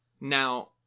Now